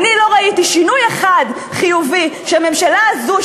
שינוי אחד חיובי שהממשלה הזו,